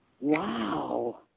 Wow